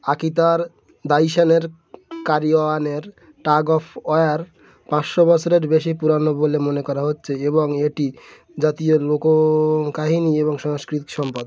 আকিতার দাইসেনের কারিওয়ানোর tug of war পাঁচশো বছরের বেশি পুরনো বলে মনে করা হচ্ছে এবং এটি জাতীয় লোককাহিনী এবং সাংস্কৃতিক সম্পদ